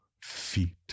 feet